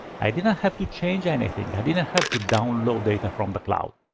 i didn't have to change anything. i didn't have to download data from the cloud.